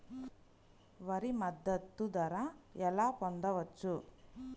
వరి మద్దతు ధర ఎలా పొందవచ్చు?